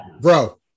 bro